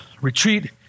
retreat